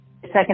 second